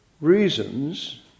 reasons